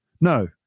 No